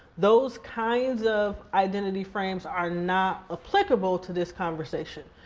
those kinds of identity frames are not applicable to this conversation.